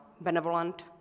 benevolent